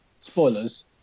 Spoilers